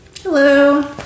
hello